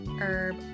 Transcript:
Herb